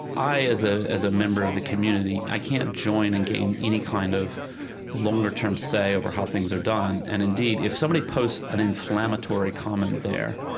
as ah as a member of the community, i can't join and gain any kind of longer-term say over how things are done. and indeed, if somebody posts an inflammatory comment there,